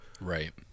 Right